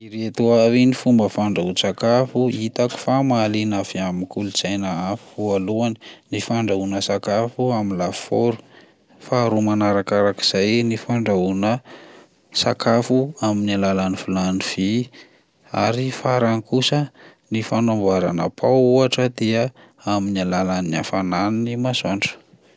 Ireto avy ny fomba fandrahoan-tsakafo hitako fa mahaliana avy amin'ny kolontsaina hafa: voalohany ny fandrahoana sakafo amin'ny lafaoro, faharoa manarakarak'izay ny fandrahoana sakafo amin'ny alalan'ny vilany vy ary farany kosa ny fanamboarana pao ohatra dia amin'ny alalan'ny hafanan'ny masoandro.